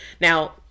Now